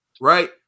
right